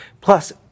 Plus